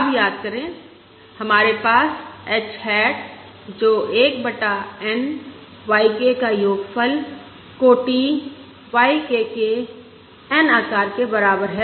अब याद करें हमारे पास h हैट जो 1 बटा N yK का योगफल कोटि K के N आकार के बराबर है